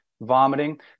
vomiting